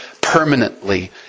permanently